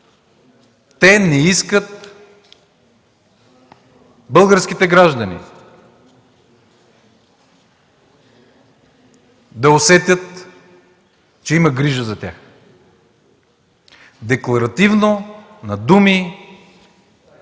Те не искат българските граждани да усетят, че има грижа за тях. Декларативно, на думи